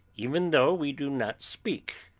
even though we do not speak,